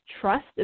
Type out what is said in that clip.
trust